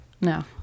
No